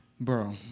Bro